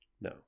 no